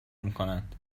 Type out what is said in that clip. میکنند